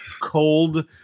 cold